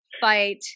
fight